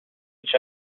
each